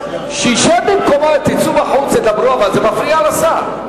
תצאו בחוץ, תדברו, אבל זה מפריע לשר.